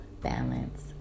balance